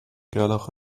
gerlach